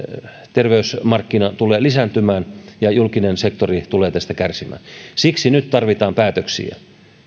terveysmarkkina tulee kasvamaan ja julkinen sektori tulee tästä kärsimään siksi nyt tarvitaan päätöksiä